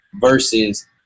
versus